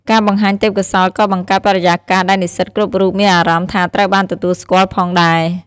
ការបង្ហាញទេពកោសល្យក៏បង្កើតបរិយាកាសដែលនិស្សិតគ្រប់រូបមានអារម្មណ៍ថាត្រូវបានទទួលស្គាល់ផងដែរ។